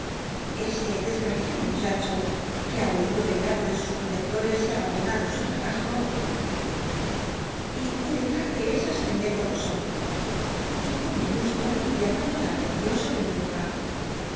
ese desgraciado muchacho que ha huido del lado de sus protectoes y abandonado su trabajo y cuyo lmje es hasta indecoroso dijo miss l mdstone llamando la alencion sobe mi ropa